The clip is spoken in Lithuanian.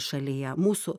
šalyje mūsų